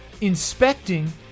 inspecting